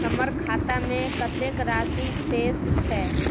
हमर खाता में कतेक राशि शेस छै?